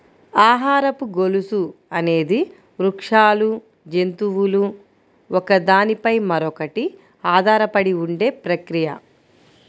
ఆహారపు గొలుసు అనేది వృక్షాలు, జంతువులు ఒకదాని పై మరొకటి ఆధారపడి ఉండే ప్రక్రియ